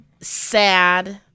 sad